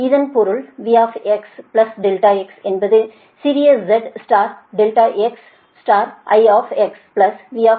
இதன் பொருள் V x ∆x என்பது சிறிய z ∆x I V க்கு சமம்